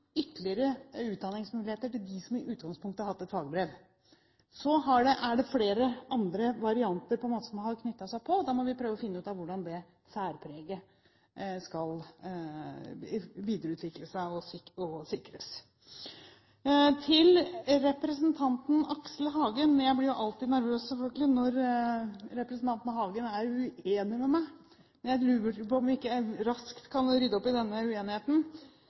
ytterligere utdanningsmuligheter til dem som i utgangspunktet har hatt et fagbrev. Så er det flere andre varianter som på en måte har knyttet seg på, og da må vi prøve å finne ut av hvordan det særpreget skal videreutvikles og sikres. Til representanten Aksel Hagen: Jeg blir selvfølgelig alltid nervøs når representanten Hagen er uenig med meg, men jeg lurer på om jeg ikke raskt kan rydde opp i denne uenigheten.